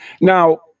Now